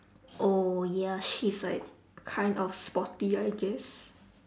oh ya she's like kind of sporty I guess